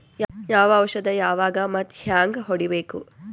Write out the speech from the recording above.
ಯಾವ ಔಷದ ಯಾವಾಗ ಮತ್ ಹ್ಯಾಂಗ್ ಹೊಡಿಬೇಕು?